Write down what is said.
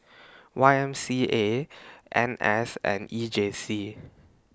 Y M C A N S and E J C